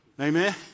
Amen